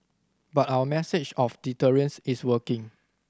but our message of deterrence is working